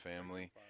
family